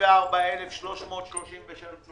וככה אנחנו מאשרים אותם רק